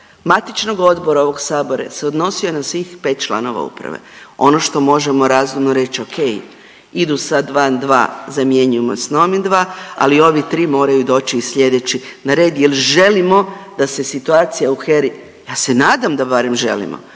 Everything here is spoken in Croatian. matičnog odbora ovog Sabora se odnosio na svih 5 članova Uprave. Ono što možemo razumno reći, okej, idu sad van dva, zamjenjujemo s novih 2, ali ovi 3 moraju doći i sljedeći na red jer želimo da se situacija u HERA-i, ja se nadam da barem želimo,